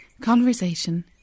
conversation